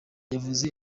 yanavuze